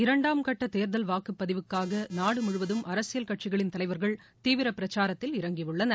இரண்டாம்கட்டதேர்தல் வாக்குப்பதிவுக்காகநாடுமுழுவதும் அரசியல் கட்சிகளின் தலைவர்கள் தீவிரபிரச்சாரத்தில் இறங்கியுள்ளனர்